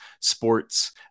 sports